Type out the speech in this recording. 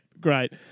great